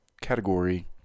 category